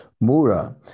Mura